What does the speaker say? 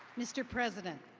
mr. president,